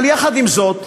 אבל יחד עם זאת,